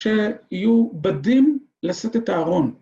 שיהיו בדים לשאת את הארון